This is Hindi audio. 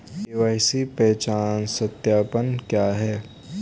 के.वाई.सी पहचान सत्यापन क्या है?